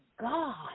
God